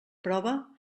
prova